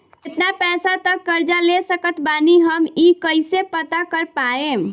केतना पैसा तक कर्जा ले सकत बानी हम ई कइसे पता कर पाएम?